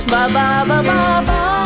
Ba-ba-ba-ba-ba